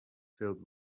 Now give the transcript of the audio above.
filled